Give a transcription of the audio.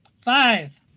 Five